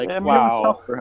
wow